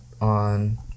on